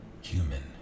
human